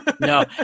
No